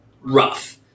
rough